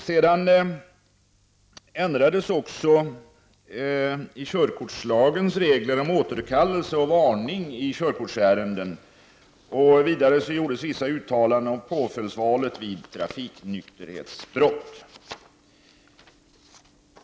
Vidare gjordes ändringar i körkortslagens regler om återkallelse och varning i körkortsärenden och vissa uttalanden om påföljdsvalet vid trafiknykterhetsbrott.